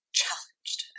challenged